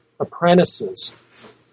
apprentices